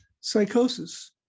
psychosis